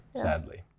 sadly